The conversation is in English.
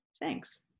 Thanks